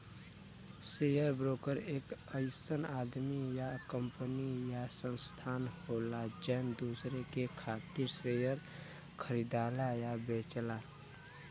share broker एक अइसन आदमी या कंपनी या संस्थान होला जौन दूसरे के खातिर शेयर खरीदला या बेचला